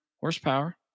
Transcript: horsepower